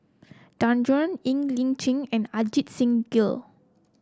Danaraj Ng Li Chin and Ajit Singh Gill